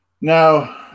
Now